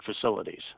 facilities